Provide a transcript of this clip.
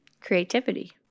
creativity